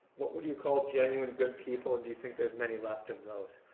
but would you call genuine good people, and do you think there's many left of those?